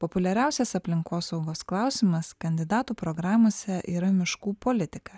populiariausias aplinkosaugos klausimas kandidatų programose yra miškų politika